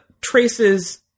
traces